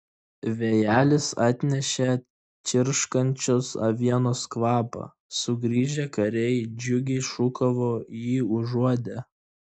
vėjelis atnešė čirškančios avienos kvapą sugrįžę kariai džiugiai šūkavo jį užuodę